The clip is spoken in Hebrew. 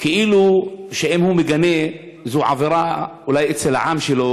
כאילו שאם הוא מגנה זו עבירה אולי אצל העם שלו,